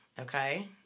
okay